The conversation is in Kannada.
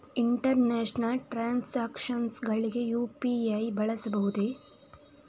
ಇಂಟರ್ನ್ಯಾಷನಲ್ ಟ್ರಾನ್ಸಾಕ್ಷನ್ಸ್ ಗಳಿಗೆ ಯು.ಪಿ.ಐ ಬಳಸಬಹುದೇ?